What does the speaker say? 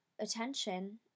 attention